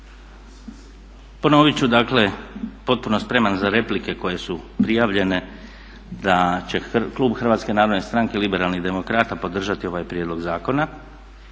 Ponovit ću dakle potpuno spreman za replike koje su prijavljene da će klub HNS-a liberalnih demokrata podržati ovaj prijedlog zakona,